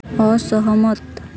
ଅସହମତ